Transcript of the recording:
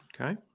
Okay